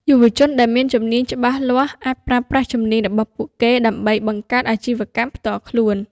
យុវជនដែលមានជំនាញច្បាស់លាស់ អាចប្រើប្រាស់ជំនាញរបស់ពួកគេដើម្បីបង្កើតអាជីវកម្មផ្ទាល់ខ្លួន។